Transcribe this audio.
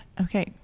Okay